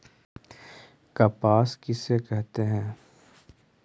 कपास किसे कहते हैं?